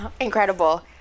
incredible